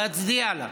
להצדיע לה,